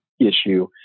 issue